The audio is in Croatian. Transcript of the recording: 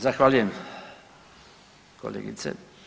Zahvaljujem kolegice.